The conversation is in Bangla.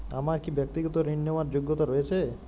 আমার কী ব্যাক্তিগত ঋণ নেওয়ার যোগ্যতা রয়েছে?